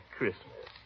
Christmas